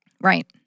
Right